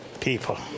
people